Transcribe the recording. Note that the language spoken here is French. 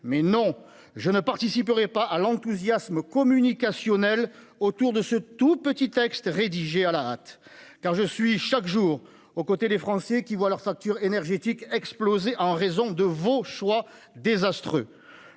Mais, non, je ne participerai pas à l'enthousiasme communicationnel autour de ce tout petit texte rédigé à la hâte, car je suis chaque jour aux côtés des Français qui voient leur facture énergétique exploser en raison de vos choix désastreux.